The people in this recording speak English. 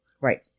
Right